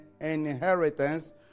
inheritance